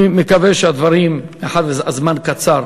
הזמן קצר.